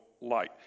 light